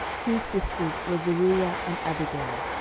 whose sisters were zeruiah, and abigail.